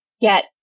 get